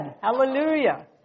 Hallelujah